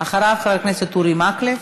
9379 ו-9390.